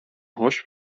hoş